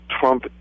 Trump